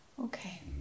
okay